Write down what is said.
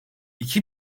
i̇ki